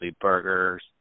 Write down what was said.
burgers